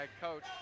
coach